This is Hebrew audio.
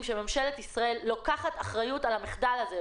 שממשלת ישראל לוקחת אחריות על המחדל הזה.